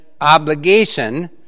obligation